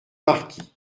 marquis